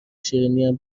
شیرینیم